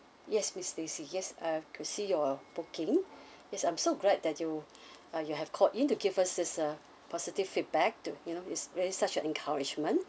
yes miss stacey yes I've could see your booking yes I'm so glad that you uh you have called in to give us this uh positive feedback to you know it's really such a encouragement